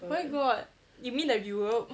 where got you mean the europe